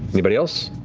anybody else,